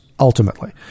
ultimately